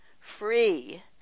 free